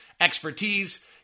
expertise